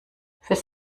fürs